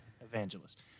Evangelist